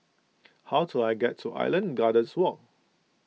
how do I get to Island Gardens Walk